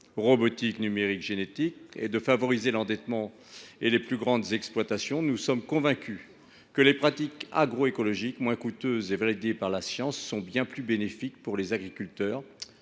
robotique, numérique, génétique », de favoriser l’endettement et de privilégier les plus grandes exploitations, nous sommes convaincus que les pratiques agroécologiques, moins coûteuses et validées par la science, sont bien plus bénéfiques pour les agriculteurs